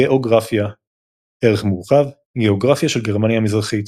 גאוגרפיה ערך מורחב – גאוגרפיה של גרמניה המזרחית